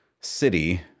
city